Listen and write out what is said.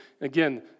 again